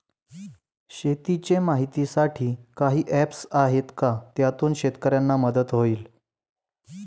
शेतीचे माहितीसाठी काही ऍप्स आहेत का ज्यातून शेतकऱ्यांना मदत होईल?